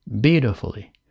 beautifully